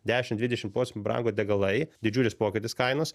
dešim dvidešim procentų brango degalai didžiulis pokytis kainos